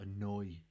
annoy